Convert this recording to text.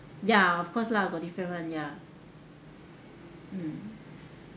ya of course lah got different [one] ya mm